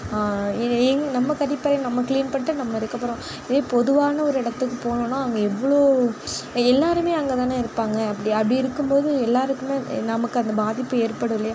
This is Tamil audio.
எங் நம்ம கழிப்பறையை நம்ம கிளீன் பண்ணிட்டு நம்ம இருக்கப்போகிறோம் இதே பொதுவான ஒரு இடத்துக்கு போனோம்னால் அங்கே எவ்வளோ எல்லாருமே அங்கே தானே இருப்பாங்க அப்படி அப்படி இருக்கும் போது எல்லாருக்குமே நமக்கு அந்த பாதிப்பு ஏற்படும் இல்லையா